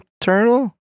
turtle